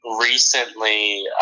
recently